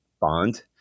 bond